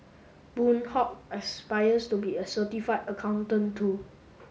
Boon Hock aspires to be a certified accountant too